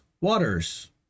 waters